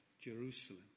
Jerusalem